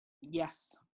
Yes